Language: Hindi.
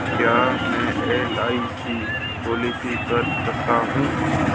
क्या मैं एल.आई.सी पॉलिसी कर सकता हूं?